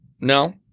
No